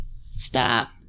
Stop